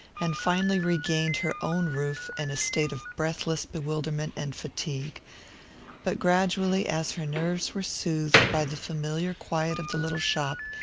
and finally regained her own roof in a state of breathless bewilderment and fatigue but gradually, as her nerves were soothed by the familiar quiet of the little shop,